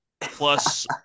plus